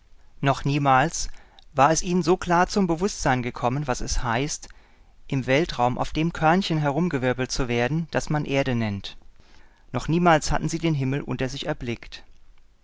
noch niemals war es ihnen so klar zum bewußtsein gekommen was es heißt im weltraum auf dem körnchen hingewirbelt zu werden das man erde nennt noch niemals hatten sie den himmel unter sich erblickt